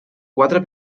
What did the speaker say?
quatre